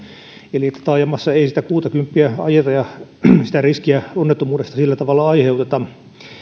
eli taajamassa ei sitä kuuttakymppiä ajeta ja sitä riskiä onnettomuudesta sillä tavalla aiheuteta